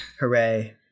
Hooray